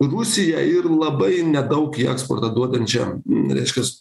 rusiją ir labai nedaug į eksportą duodančia reiškias